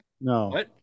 No